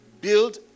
build